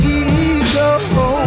ego